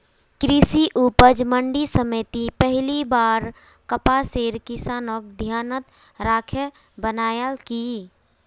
कृषि उपज मंडी समिति पहली बार कपासेर किसानक ध्यानत राखे बनैयाल की